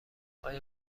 آیا